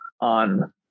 on